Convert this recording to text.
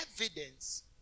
evidence